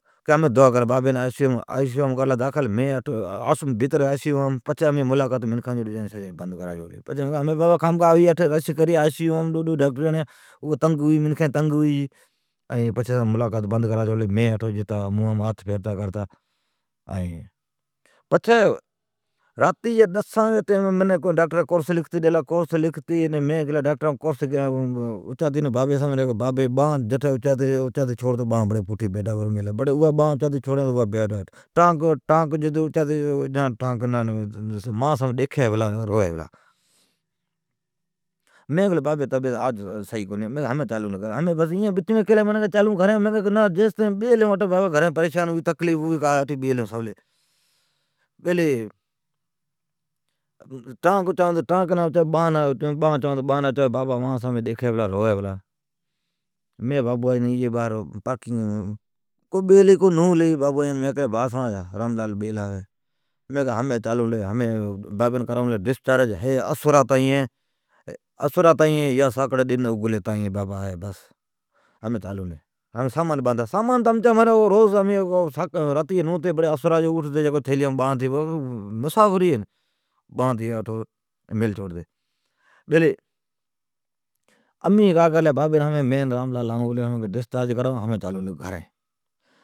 کہ ھمین دعا کرا، بابین ناکھلا آء سی یو مئین پچھی امین منکھان جین آڑ بند کرا چھوڑلی، مکھین آوی اٹھی رش کری ڈوڈو ڈاکٹراڑیا اوان تنگ منکھین تنگ کری پچھی مین اٹھو جتا موام ھاتھ فیرتا۔ پچھی راتی جی ڈسین بجی منی ڈاکٹری کورس لکھتی ڈیلا، مین کورس اچاتین آلا ڈیکھین تو بابی جی بانھ اچاتی چھوڑتو پوٹھی بیڈا برپلی ڈھی، بڑی اوا بانھ اچاتی چھھھوڑین تو، ٹانک اچاتی چھوڑین تو پوٹھی پلی ڈھی، مان سامین ڈیکھی پلا رووی پلا، مین ھمین کیلی ھمین بابی جی طبعیت صحیح کونی ہے، چالون لی گھرین۔ ایین منین بچمان کیلی چالون مین کیلی نا جیستائین بابین گھرین تقلیف ہوی، پریشان ہوی اٹھی بیلی ھون سولی کنگی جائون۔ بیلی ٹانک اچائون تو ٹانک نا اچی بانھ اچائون تو بانھ نالی اچی مان سامین ڈیکھی پلا رووی پلا۔ مین گلا ایی بیلی ھوی، کو بیلی ھی کو نولی ھی راملال بیلا ھوی مین کیلی بات سڑان چھا! بابا اسرا تائین ہےیا ڈن اگلی تائین۔ ھمین بابین ڈسچارج کرائون لی سامان باندھا۔ سامان تو امچا سامی جی نوتی اسرا جی بڑی میلتی مسافری ہین۔ ھمین مین راملال جائون پلی بابین ڈسچارج کرائون چالون لی گھرین۔